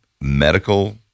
medical